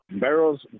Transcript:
Barrels